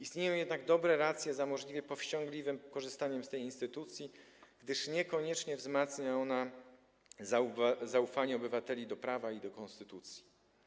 Istnieją jednak racje dotyczące możliwie powściągliwego korzystania z tej instytucji, gdyż niekoniecznie wzmacnia ona zaufanie obywateli do prawa i do konstytucji.